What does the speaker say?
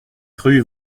rue